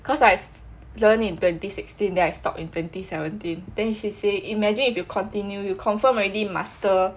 cause I just learn in twenty sixteen their I stop in twenty seventeen then she say imagine if you continue you confirm already master